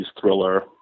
thriller